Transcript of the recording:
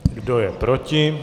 Kdo je proti?